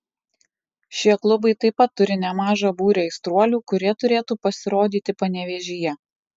šie klubai taip pat turi nemažą būrį aistruolių kurie turėtų pasirodyti panevėžyje